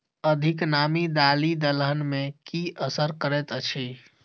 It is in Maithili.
अधिक नामी दालि दलहन मे की असर करैत अछि?